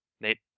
Nate